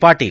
Patil